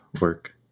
work